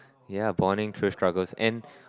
yeah bonding through struggles and